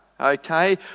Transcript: okay